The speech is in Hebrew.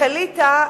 החליטה